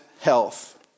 health